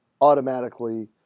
automatically